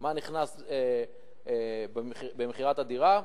מה נכנס במכירת הדירה,